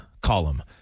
column